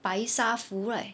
白沙浮 right